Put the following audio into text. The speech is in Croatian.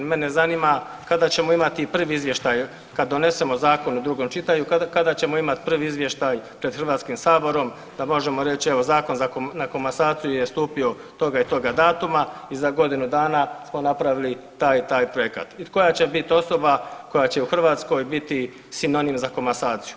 Mene zanima kada ćemo imati i prvi izvještaj kad donesemo zakon u drugom čitanju, kada ćemo imati prvi izvještaj pred HS-om da možemo reći evo zakon na komasaciju je stupio toga i toga datuma i za godinu dana smo napravili taj i taj projekat i koja će bit osoba koja će u Hrvatskoj biti sinonim za komasaciju.